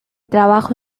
trabajo